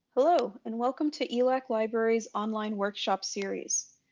hello and welcome to elac library's online workshop series.